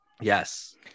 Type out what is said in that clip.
Yes